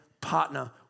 partner